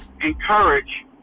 encourage